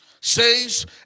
says